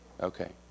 Okay